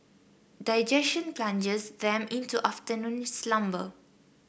digestion plunges them into afternoon slumber